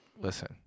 listen